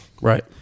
Right